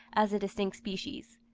as a distinct species.